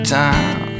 time